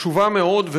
חשובה מאוד,